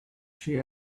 she